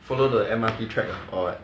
follow the M_R_T track or what